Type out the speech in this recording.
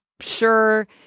sure